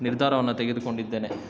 ನಿರ್ಧಾರವನ್ನು ತೆಗೆದುಕೊಂಡಿದ್ದೇನೆ